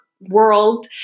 world